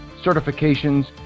certifications